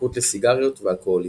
התמכרות לסיגריות ואלכוהוליזם.